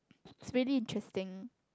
it's really interesting